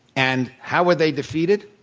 and how were they defeated?